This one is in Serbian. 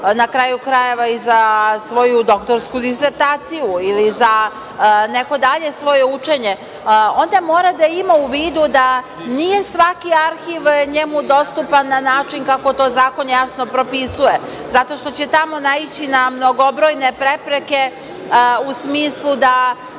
na kraju krajeva i za svoju doktorsku disertaciju ili za neko svoje dalje učenje, onda mora da ima u vidu da nije svaki arhiv njemu dostupan na način kako to zakon jasno propisuje, zato što će tamo naići na mnogobrojne prepreke u smislu da